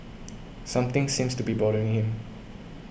something seems to be bothering him